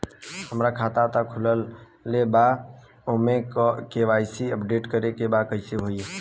हमार खाता ता खुलल बा लेकिन ओमे के.वाइ.सी अपडेट करे के बा कइसे होई?